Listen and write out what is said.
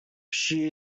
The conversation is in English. she